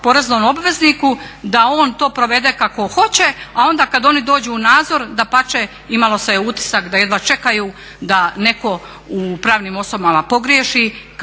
poreznom obvezniku da on to provede kako hoće, a onda kad oni dođu u nadzor dapače imalo se utisak da jedva čekaju da netko u pravnim osobama pogriješi